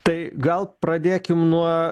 tai gal pradėkim nuo